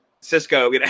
Cisco